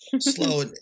Slow